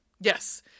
Yes